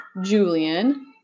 Julian